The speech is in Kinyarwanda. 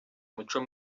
umuco